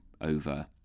over